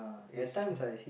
is n~